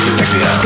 sexy